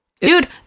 Dude